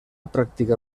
practicar